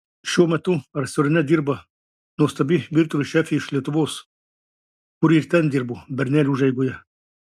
šiuo metu restorane dirba nuostabi virtuvės šefė iš lietuvos kuri ir ten dirbo bernelių užeigoje